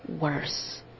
worse